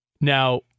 Now